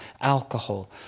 alcohol